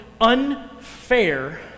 unfair